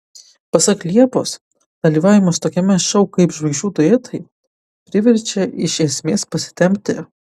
pasak liepos dalyvavimas tokiame šou kaip žvaigždžių duetai priverčia iš esmės pasitempti